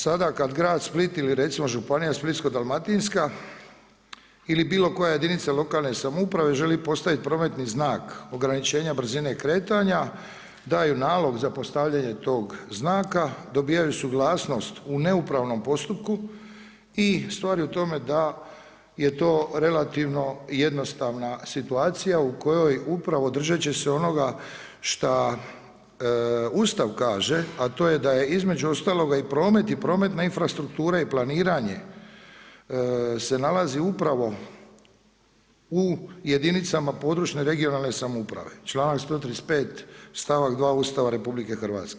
Sada kada grad Split ili recimo županija Splitsko-dalmatinska ili bilo koja jedinica lokalne samouprave želi postaviti prometni znak ograničenja brzine kretanja daju nalog za postavljanje tog znaka, dobivaju suglasnost u neupravnom postupku i stvar je u tome da je to relativno jednostavna situacija u kojoj upravo držeći se onoga šta Ustav kaže a to je da je između ostaloga i promet i prometna infrastruktura i planiranje se nalazi upravo u jedinicama područne (regionalne) samouprave, članak 135., stavak 2. Ustava RH.